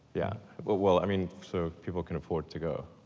yeah. but well, i mean so people can afford to go.